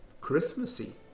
Christmassy